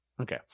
okay